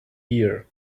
here